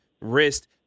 wrist